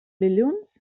dilluns